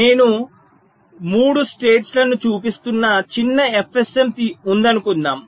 నేను 3 రాష్ట్రాలను చూపిస్తున్న చిన్న FSM ఉందనుకుందాం